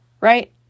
right